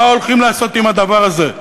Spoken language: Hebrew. מה הולכים לעשות עם הדבר הזה.